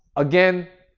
again,